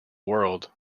world